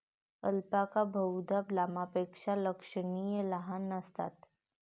alpaca बहुधा लामापेक्षा लक्षणीय लहान असतात